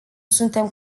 suntem